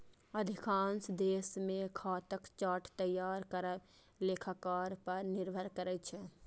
अधिकांश देश मे खाताक चार्ट तैयार करब लेखाकार पर निर्भर करै छै